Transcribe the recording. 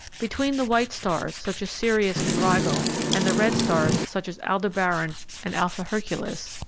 between the white stars, such as sirius and rigel, and the red stars, such as aldebaran and alpha herculis,